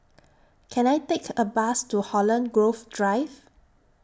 Can I Take A Bus to Holland Grove Drive